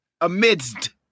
Amidst